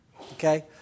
Okay